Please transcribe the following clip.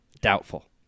Doubtful